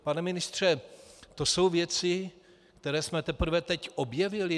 Pane ministře, to jsou věci, které jsme teprve teď objevili?